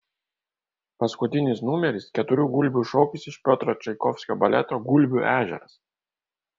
paskutinis numeris keturių gulbių šokis iš piotro čaikovskio baleto gulbių ežeras